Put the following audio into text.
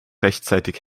rechtzeitig